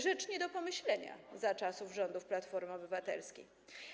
Rzecz nie do pomyślenia za czasów rządów Platformy Obywatelskiej.